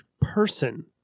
person